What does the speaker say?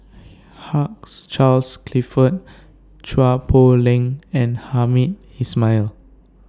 Hugh Charles Clifford Chua Poh Leng and Hamed Ismail